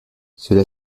cela